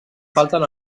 falten